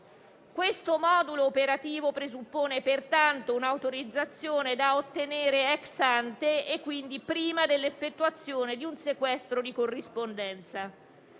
Questo modulo operativo presuppone pertanto un'autorizzazione da ottenere *ex ante* e quindi prima dell'effettuazione di un sequestro di corrispondenza.